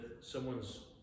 someone's